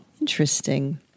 Interesting